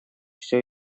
все